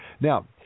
Now